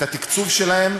את התקצוב שלהם,